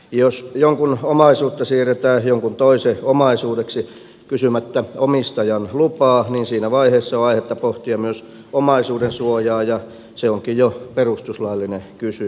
jos jonkun omaisuutta siirretään jonkun toisen omaisuudeksi kysymättä omistajan lupaa niin siinä vaiheessa on aihetta pohtia myös omaisuudensuojaa ja se onkin jo perustuslaillinen kysymys